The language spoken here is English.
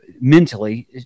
mentally